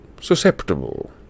susceptible